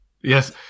Yes